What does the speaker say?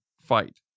fight